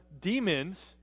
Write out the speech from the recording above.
demons